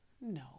No